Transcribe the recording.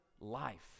life